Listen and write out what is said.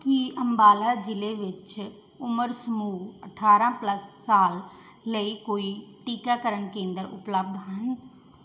ਕੀ ਅੰਬਾਲਾ ਜ਼ਿਲ੍ਹੇ ਵਿੱਚ ਉਮਰ ਸਮੂਹ ਅਠਾਰ੍ਹਾਂ ਪਲੱਸ ਸਾਲ ਲਈ ਕੋਈ ਟੀਕਾਕਰਨ ਕੇਂਦਰ ਉਪਲਬਧ ਹਨ